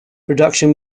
production